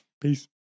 peace